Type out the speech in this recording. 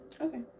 Okay